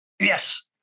Yes